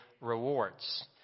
rewards